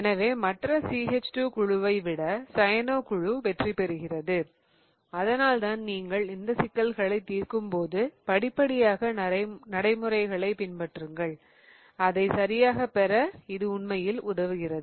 எனவே மற்ற CH2 குழுவை விட சயனோ குழு வெற்றி பெறுகிறது அதனால்தான் நீங்கள் இந்த சிக்கல்களைத் தீர்க்கும்போது படிப்படியாக நடைமுறைகளைப் பின்பற்றுங்கள் அதைச் சரியாகப் பெற இது உண்மையில் உதவுகிறது